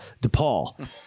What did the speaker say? DePaul